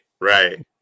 Right